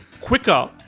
quicker